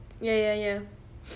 ya ya ya